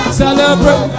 celebrate